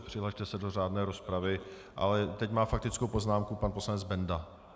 Přihlaste se do řádné rozpravy, ale teď má faktickou poznámku pan poslanec Benda.